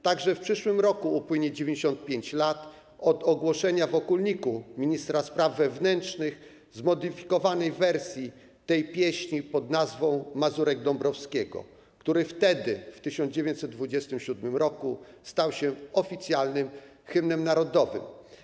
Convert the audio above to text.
Także w przyszłym roku upłynie 95 lat od ogłoszenia w okólniku ministra spraw wewnętrznych zmodyfikowanej wersji tej pieśni pn. „Mazurek Dąbrowskiego”, który wtedy, w 1927 r., stał się oficjalnym hymnem narodowym.